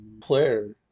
player